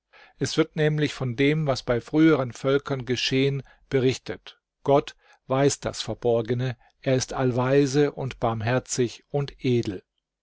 es wird nämlich von dem was bei früheren völkern geschehen berichtet gott weiß das verborgene er ist allweise und barmherzig und edel